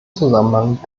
zusammenhang